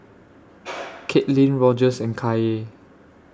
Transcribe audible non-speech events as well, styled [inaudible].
[noise] Katelin Rogers and Kaye